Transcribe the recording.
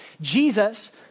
Jesus